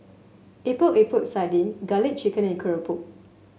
Epok Epok Sardin garlic chicken and keropok